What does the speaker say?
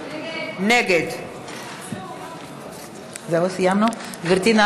נגד גברתי,